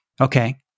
Okay